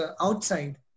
outside